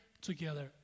together